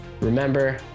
Remember